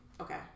Okay